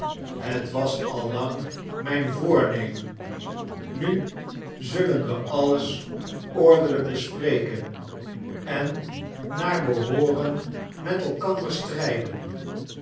het was al lang mijn voornemen nu zullen we alles ordelijk bespreken en naar behooren met elkander strijden